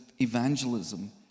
evangelism